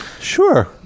Sure